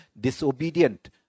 disobedient